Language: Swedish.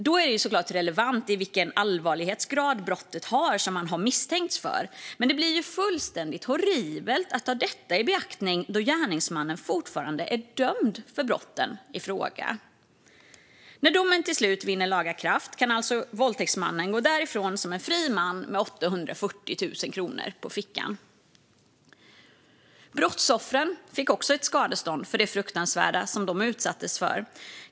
Då är det såklart relevant vilken allvarlighetsgrad brottet har som man misstänkts för. Men det blir ju fullständigt horribelt att ta detta i beaktande då gärningsmannen fortfarande är dömd för brotten i fråga. När domen till slut vann laga kraft kunde våldtäktsmannen alltså gå därifrån som en fri man med 840 000 kronor på fickan. Brottsoffren fick också ett skadestånd för det fruktansvärda de utsattes för.